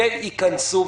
ייכנסו,